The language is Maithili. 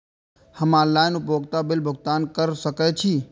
हम ऑनलाइन उपभोगता बिल भुगतान कर सकैछी?